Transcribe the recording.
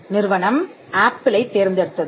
நிறுவனம் ஆப்பிளைத் தேர்ந்தெடுத்தது